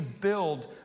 build